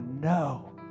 no